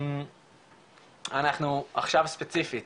אנחנו עכשיו ספציפית